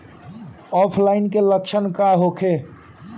ऑफलाइनके लक्षण का होखे?